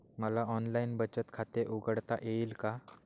मला ऑनलाइन बचत खाते उघडता येईल का?